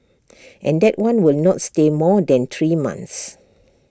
and that one will not stay more than three months